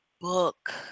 book